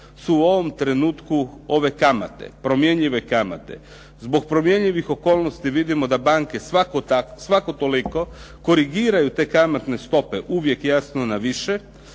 su u ovom trenutku ove kamate, promjenjive kamate. Zbog promijenjivih okolnosti vidimo da banke svako toliko korigiraju te kamatne stope, uvijek jasno na više